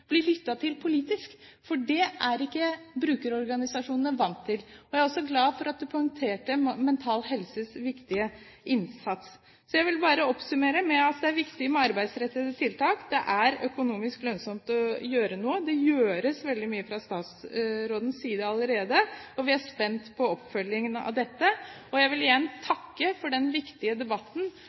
blir lyttet til politisk, for det er ikke brukerorganisasjonene vant til. Jeg er også glad for at han poengterte Mental Helses viktige innsats. Jeg vil bare oppsummere med å si at det er viktig med arbeidsrettede tiltak. Det er økonomisk lønnsomt å gjøre noe. Det gjøres veldig mye fra statsrådens side allerede, og vi er spent på oppfølgingen av dette. Jeg vil igjen takke for den viktige debatten